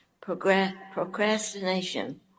Procrastination